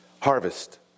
Harvest